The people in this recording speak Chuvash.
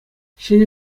ҫӗнӗ